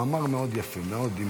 מאמר מאוד יפה, מאוד.